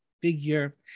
figure